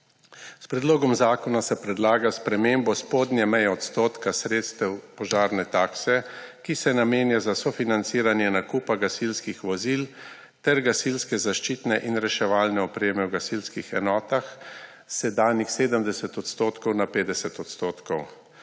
S predlogom zakona se predlaga sprememba spodnje meje odstotka sredstev požarne takse, ki se namenja za sofinanciranje nakupa gasilskih vozil ter gasilske zaščitne in reševalne opreme v gasilskih enotah, s sedanjih 70 % na 50 %.